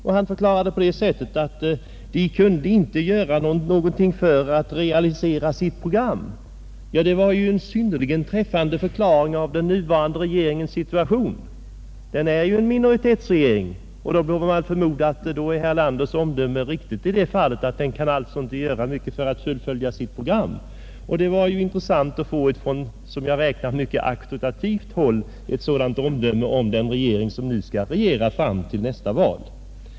Som han sade kan de ju inte göra någonting för att realisera sitt program. Det var en synnerligen träffande beskrivning av den nuvarande regeringens situation. Den är en Allmänpolitisk debatt Allmänpolitisk debatt minoritetsregering, och eftersom man får förmoda att herr Erlanders omdöme är riktigt, kan den alltså inte göra mycket för att fullfölja sitt program. Det var intressant att från enligt min mening mycket auktoritativt håll få ett sådant omdöme om den regering som nu skall styra oss fram till nästa val.